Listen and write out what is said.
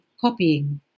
copying